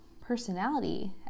personality